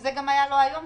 שזה מה שהיה לו גם היום,